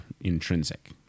intrinsic